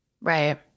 Right